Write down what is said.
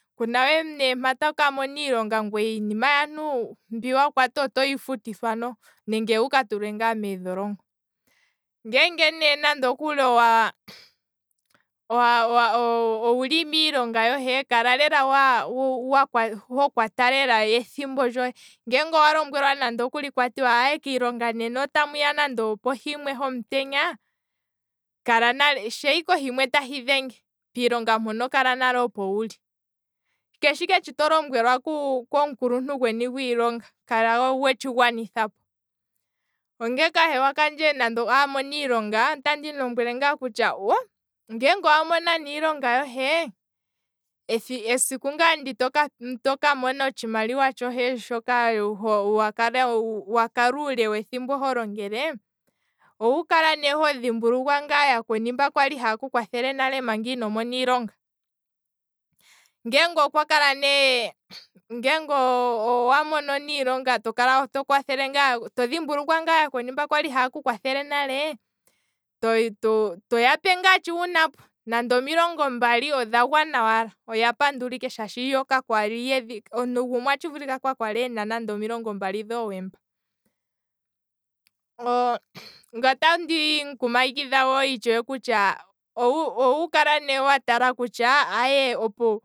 Kuna ne we mpa toka mona iilonga, ngweye iinima yaantu mbyoka wa kwata otoyi futithwa noho nenge wu ka tulwe ngaa meedholongo, ngeenge ne nande okuli owa- owa- owooo owuli miilonga yohe, kala lela hokwa hokwa ta lela ethimbo lyohe, ngele omwa lombwelwa kutya kiilonga nena otamuya nande opo himwe homutenya, kala nale, shiike ohimwe tahi dhenge, piilonga mpono kala nale opo wuli, keshe ike shono to lombwelwa komukuluntu gweni gwiilonga, kala wetshi gwanithapo, onga kahewa kandje amona iilonga, otandi mulombwele kutya oh, owamona nditsha iilonga yohe, esiku ngaa ndi toka mona otshimaliwa tshohe shoka wa kala, wa kala uule wethimbo ho longelee, owu kala ne hodhimbulukwa yakweni mba kwali haye ku kwathele manga ino mona iilonga, ngeenge okwa kala ne, ngenge owa mono ne iilonga, todhimbulukwa ngaa to dhimbulukwa ngaa yakweni mba kwali haye ku kwathele nale, to- to yape ngaa shi wunapo, nande omilongo mbali odha gwana wala shaashi ka kwali yedhi omuntu gumwe a tshivulika ka kwali ena nande omilongo mbali dhi wemupa, ngaye otandi mukumagidha wo itshewe kutya, owu kala ne watala kutya opo